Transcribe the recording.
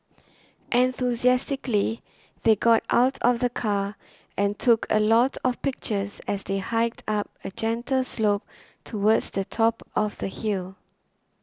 enthusiastically they got out of the car and took a lot of pictures as they hiked up a gentle slope towards the top of the hill